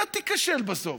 אתה תיכשל בסוף.